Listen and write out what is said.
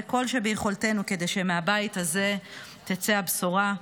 כל שביכולתנו כדי שמהבית הזה תצא הבשורה,